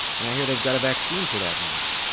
and i hear they've got a vaccine for that now.